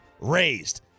raised